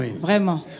Vraiment